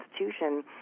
institution